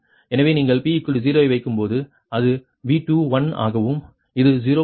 எனவே நீங்கள் p 0 ஐ வைக்கும் போது அது V21 ஆகவும் இது 0